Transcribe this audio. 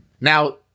Now